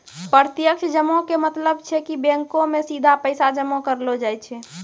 प्रत्यक्ष जमा के मतलब छै कि बैंको मे सीधा पैसा जमा करलो जाय छै